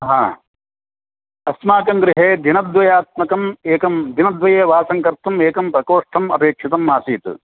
ह अस्माकं गृहे दिनद्वयात्मकम् एकं दिनद्वयवासं कर्तुम् एकं प्रकोष्ठम् अपेक्षितम् आसीत्